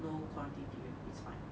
no quarantine period it's fine